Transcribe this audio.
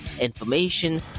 information